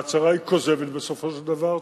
וההצהרה היא כוזבת בסופו של דבר.